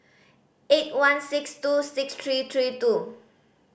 eight one six two six three three two